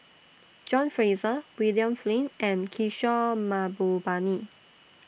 John Fraser William Flint and Kishore Mahbubani